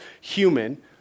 human